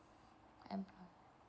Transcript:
I mm